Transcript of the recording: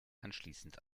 anschließend